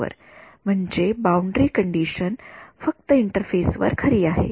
फक्त इंटरफेस वर म्हणजे बाउंडरी कंडिशन फक्त इंटरफेस वर खरी आहे